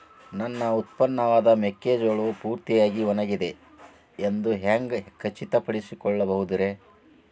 ನನ್ನ ಉತ್ಪನ್ನವಾದ ಮೆಕ್ಕೆಜೋಳವು ಪೂರ್ತಿಯಾಗಿ ಒಣಗಿದೆ ಎಂದು ಹ್ಯಾಂಗ ಖಚಿತ ಪಡಿಸಿಕೊಳ್ಳಬಹುದರೇ?